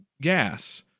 gas